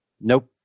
Nope